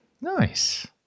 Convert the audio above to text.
nice